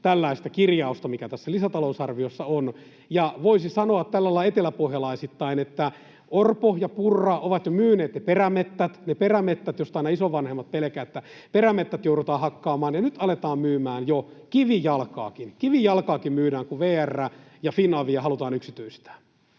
tällaista kirjausta, mikä tässä lisätalousarviossa on. Ja voisi sanoa tällä lailla eteläpohjalaisittain, että Orpo ja Purra ovat jo myyneet ne perämettät — ne perämettät, joista aina isovanhemmat pelkäävät, että perämettät joudutaan hakkaamaan — ja nyt aletaan myymään jo kivijalkaakin. Kivijalkaakin myydään, kun VR ja Finavia halutaan yksityistää.